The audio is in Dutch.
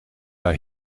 daar